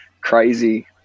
crazy